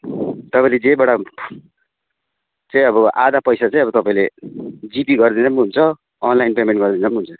तपाईँले जेबाट चाहिँ अब आधा पैसा चाहिँ अब तपाईँले जिपे गरिदिँदा पनि हुन्छ अनलाइन पेमेन्ट गरिदिँदा पनि हुन्छ